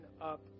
up